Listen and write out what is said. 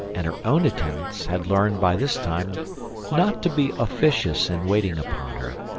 and her own attendants had learned by this time not to be officious in waiting upon her,